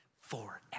forever